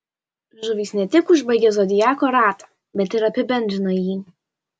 žuvys ne tik užbaigia zodiako ratą bet ir apibendrina jį